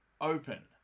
open